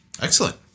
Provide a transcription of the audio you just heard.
Excellent